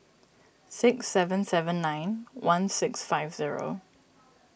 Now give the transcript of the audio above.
six seven seven nine one six five zero